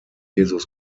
jesus